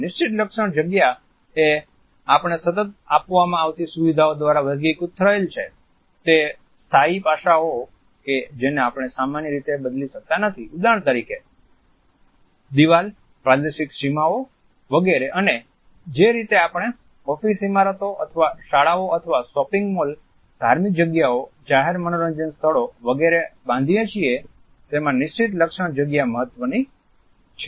નિશ્ચિત લક્ષણ જગ્યા એ આપણે સતત આપવામાં આવતી સુવિધાઓ દ્વારા વર્ગીકૃત થયેલ છે તે સ્થાયી પાસાઓ કે જેને આપણે સામાન્ય રીતે બદલી શકતા નથી ઉદાહરણ તરીકે દીવાલ પ્રાદેશિક સીમાઓ વગેરે અને જે રીતે આપણે ઓફિસ ઈમારતો અથવા શાળાઓ અથવા શોપિંગ મોલ ધાર્મિક જગ્યાઓ જાહેર મનોરંજન સ્થળો વગેરે બાંધીએ છીએ તેમાં નિશ્ચિત લક્ષણ જગ્યા મહત્વની છે